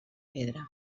pedra